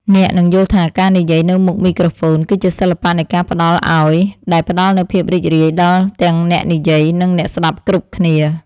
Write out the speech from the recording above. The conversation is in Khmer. អ្នកនឹងយល់ថាការនិយាយនៅមុខមីក្រូហ្វូនគឺជាសិល្បៈនៃការផ្តល់ឱ្យដែលផ្តល់នូវភាពរីករាយដល់ទាំងអ្នកនិយាយ និងអ្នកស្តាប់គ្រប់គ្នា។